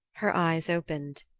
her eyes opened,